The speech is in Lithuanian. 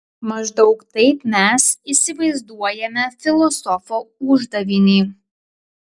maždaug taip mes įsivaizduojame filosofo uždavinį